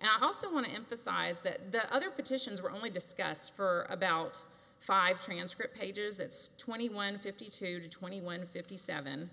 and i also want to emphasize that the other petitions were only discussed for about five transcript pages it's twenty one fifty two twenty one fifty seven